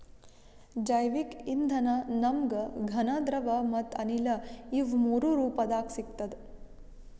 ಜೈವಿಕ್ ಇಂಧನ ನಮ್ಗ್ ಘನ ದ್ರವ ಮತ್ತ್ ಅನಿಲ ಇವ್ ಮೂರೂ ರೂಪದಾಗ್ ಸಿಗ್ತದ್